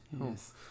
Yes